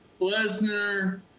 Lesnar